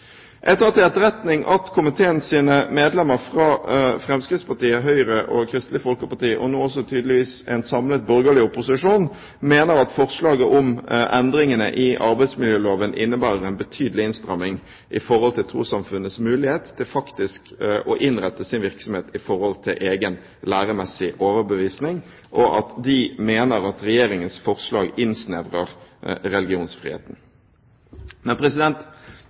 til etterretning at komiteens medlemmer fra Fremskrittspartiet, Høyre og Kristelig Folkeparti – og nå også tydeligvis en samlet borgerlig opposisjon – mener at forslaget om endringene i arbeidsmiljøloven innebærer en betydelig innstramming når det gjelder trossamfunnenes mulighet til faktisk å innrette sin virksomhet i forhold til egen læremessig overbevisning, og at de mener at Regjeringens forslag innsnevrer religionsfriheten. Men